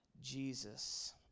Jesus